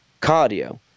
cardio